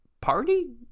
party